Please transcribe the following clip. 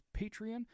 Patreon